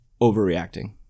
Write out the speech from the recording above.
overreacting